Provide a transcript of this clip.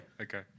okay